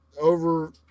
over